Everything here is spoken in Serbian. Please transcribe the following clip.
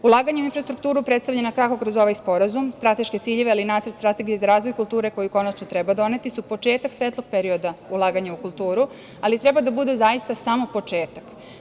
Ulaganja u infrastrukturu predstavljena kako kroz ovaj sporazum, strateške ciljeve ali i nacrt strategije za razvoj kulture koji konačno treba doneti su početak svetlog perioda ulaganja u kulturu, ali treba da bude zaista samo početak.